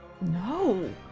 no